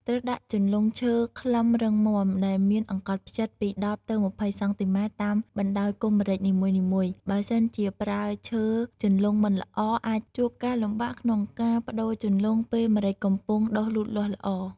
ត្រូវដាក់ជន្លង់ឈើខ្លឹមរឹងមាំ ដែលមានអង្កត់ផ្ចិតពី ១០ទៅ២០សង់ទីម៉ែត្រ តាមបណ្តាយគុម្ពម្រេចនីមួយៗ បើសិនជាប្រើឈើជន្លង់មិនល្អ អាចជួបការលំបាកក្នុងការប្តូរជន្លង់ពេលម្រេចកំពុងដុះលូតលាស់ល្អ។